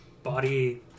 body